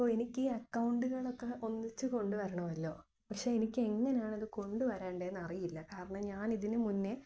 അപ്പോള് എനിക്കീ അക്കൗണ്ടുകളൊക്കെ ഒന്നിച്ച് കൊണ്ടുവരണമല്ലോ പക്ഷേ എനിക്ക് എങ്ങനെയാണത് കൊണ്ടുവരേണ്ടതെന്ന് അറിയില്ല കാരണം ഞാനിതിന് മുന്നെ